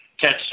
catch